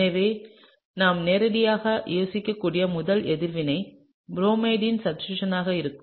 எனவே நாம் நேரடியாக யோசிக்கக்கூடிய முதல் எதிர்வினை புரோமைட்டின் சப்ஸ்டிடூஸனாக இருக்கும்